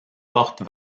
porte